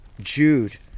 Jude